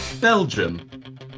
belgium